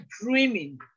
dreaming